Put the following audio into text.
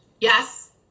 Yes